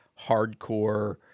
hardcore